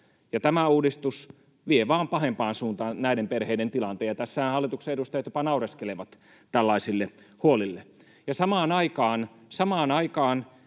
Tämä uudistus vie vain pahempaan suuntaan näiden perheiden tilannetta. Tässähän hallituksen edustajat jopa naureskelevat tällaisille huolille. Samaan aikaan